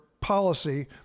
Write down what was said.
policy